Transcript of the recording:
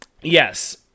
Yes